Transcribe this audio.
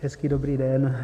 Hezký dobrý den.